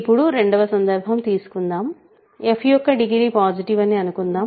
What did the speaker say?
ఇప్పుడు రెండవ సందర్భం తీసుకుందాం f యొక్క డిగ్రీ పాసిటివ్ అని అనుకుందాం